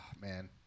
Man